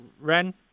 Ren